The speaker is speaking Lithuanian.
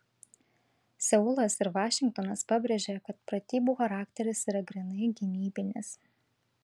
seulas ir vašingtonas pabrėžė kad pratybų charakteris yra grynai gynybinis